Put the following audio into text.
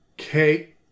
Okay